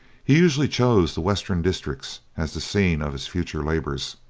he usually chose the western district as the scene of his future labours,